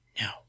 No